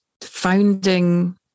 founding